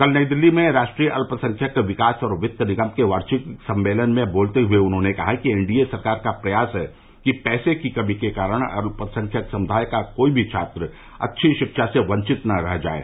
कल नई दिल्ली में राष्ट्रीय अत्यसंख्यक विकास और वित्त निगम के वार्षिक सम्मेलन में बोलते हुए उन्होंने कहा कि एन डी ए सरकार का प्रयास है कि पैसे की कमी के कारण अल्पसंख्यक समुदाय का कोई भी छात्र अच्छी शिक्षा से वेचित न रह जाये